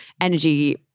energy